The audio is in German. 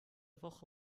woche